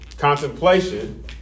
Contemplation